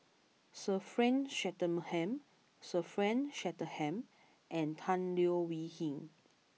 Sir Frank Swettenham Sir Frank Swettenham and Tan Leo Wee Hin